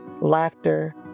laughter